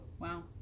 wow